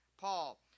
Paul